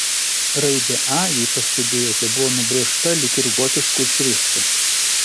raidė a jei pastebėjote buvo nubrėžta lyg ir gotišku šriftu